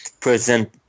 present